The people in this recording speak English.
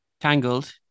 Tangled